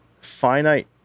finite